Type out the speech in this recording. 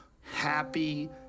happy